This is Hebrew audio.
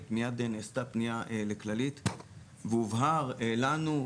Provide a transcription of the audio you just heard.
מייד נעשתה פנייה לכללית והובהר לנו,